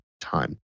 time